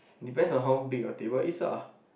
depends on how big your table is lah